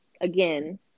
again